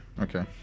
Okay